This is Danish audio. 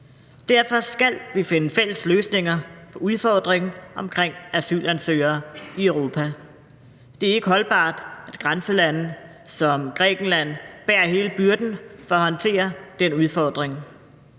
Derfor skal vi finde fælles løsninger på udfordringen omkring asylansøgere i Europa. Det er ikke holdbart, at grænselande som Grækenland bærer hele byrden for at håndtere den udfordring,